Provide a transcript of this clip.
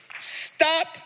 stop